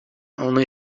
only